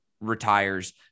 retires